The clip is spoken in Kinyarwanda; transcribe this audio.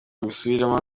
mbisubiremo